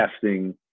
testing